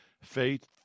faith